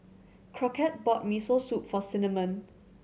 Crockett bought Miso Soup for Cinnamon